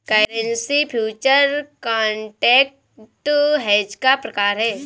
currency future contract hedge का प्रकार है